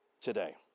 today